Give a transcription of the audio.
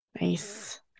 Nice